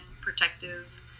protective